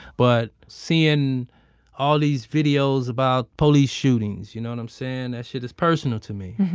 but seeing all these videos about police shootings, you know what i'm saying? that shit is personal to me.